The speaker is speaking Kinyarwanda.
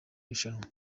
rushanwa